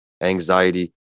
anxiety